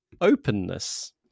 openness